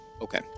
Okay